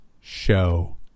show